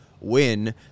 win